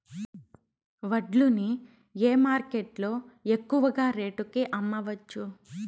వడ్లు ని ఏ మార్కెట్ లో ఎక్కువగా రేటు కి అమ్మవచ్చు?